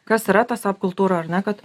kas yra ta sap kultūra ar ne kad